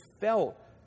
felt